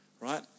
right